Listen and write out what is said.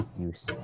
use